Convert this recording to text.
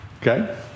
Okay